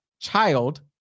child